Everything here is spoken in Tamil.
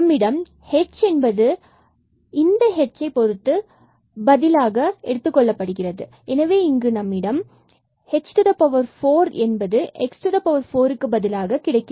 நம்மிடம் hக்கு பதிலாக இந்த hஐ பதிலீடு செய்யும் போது h4 என்பது x4 க்கு பதிலாக கிடைக்கும்